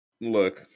look